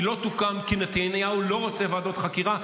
היא לא תוקם כי נתניהו לא רוצה ועדות חקירה,